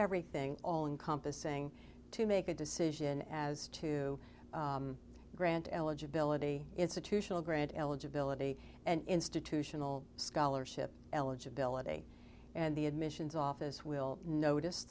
everything all encompassing to make a decision as to grant eligibility institutional grant eligibility and institutional scholarship eligibility and the admissions office will notice